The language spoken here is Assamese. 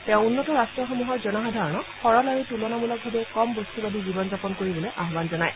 তেওঁ উন্নত ৰাষ্টসমূহৰ জনসাধাৰণক সৰল আৰু তুলনামূলকভাৱে কম বস্তবাদী জীৱন যাপন কৰিবলৈ আয়ান জনায়